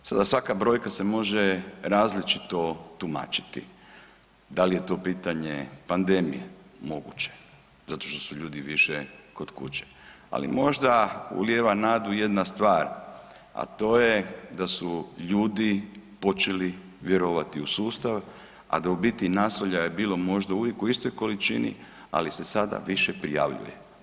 Sada svaka brojka se može različito tumačiti, da li je to pitanje pandemije, moguće, zato što su ljudi više kod kuće, ali možda ulijeva nadu jedna stvar, a to je da su ljudi počeli vjerovati u sustav, a da u biti nasilja je bilo možda uvijek u istoj količini, ali se sada više prijavljuje.